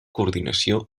coordinació